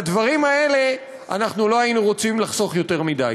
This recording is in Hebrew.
בדברים האלה אנחנו לא היינו רוצים לחסוך יותר מדי.